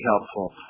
helpful